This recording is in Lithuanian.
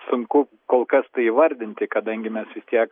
sunku kol kas tai įvardinti kadangi mes vis tiek